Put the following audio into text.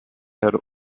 her